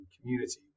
community